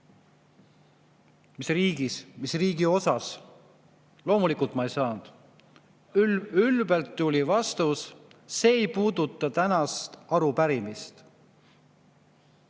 mis riigis ja mis riigi osas? Loomulikult ma ei saanud. Ülbelt tuli vastus: see ei puuduta tänast arupärimist.